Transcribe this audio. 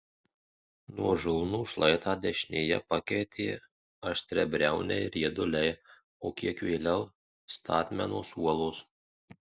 nuožulnų šlaitą dešinėje pakeitė aštriabriauniai rieduliai o kiek vėliau statmenos uolos